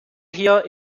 hier